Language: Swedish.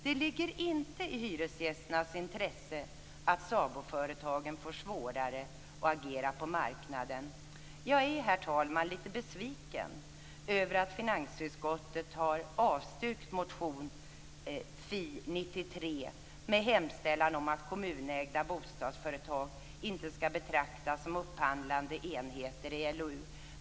Det ligger inte i hyresgästernas intresse att SABO företagen får svårare att agera på marknaden. Jag är litet besviken, herr talman, över att finansutskottet har avstyrkt motion Fi 93 med hemställan om att kommunägda bostadsföretag inte skall betraktas som upphandlande enheter i LOU.